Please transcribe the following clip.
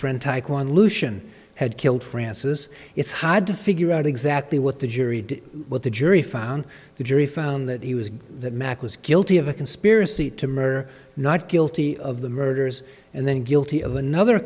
lucian had killed francis it's hard to figure out exactly what the jury did what the jury found the jury found that he was that mack was guilty of a conspiracy to murder not guilty of the murders and then guilty of another